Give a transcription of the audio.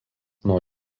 nuo